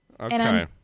Okay